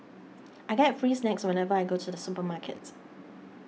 I get free snacks whenever I go to the supermarket